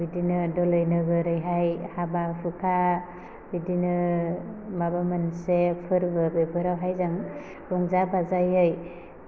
बिदिनो दलै नोगोरैहाय हाबा हुखा बिदिनो माबा मोनसे फोरबो बेफोराहाय जों रंजा बाजायै